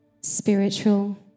spiritual